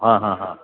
हां हां हां